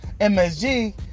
MSG